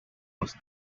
los